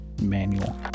manual